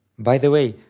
by the way,